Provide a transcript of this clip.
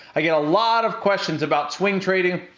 i get a lot of questions about swing trading,